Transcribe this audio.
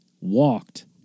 walked